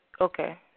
Okay